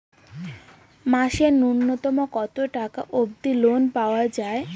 মাসে নূন্যতম কতো টাকা অব্দি লোন পাওয়া যায়?